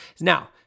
Now